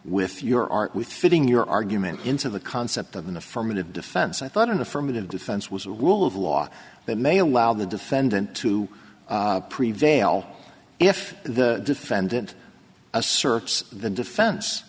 with your art with fitting your argument into the concept of an affirmative defense i thought an affirmative defense was a rule of law that may allow the defendant to prevail if the defendant asserts the defense